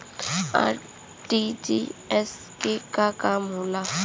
RTGS के का काम होला?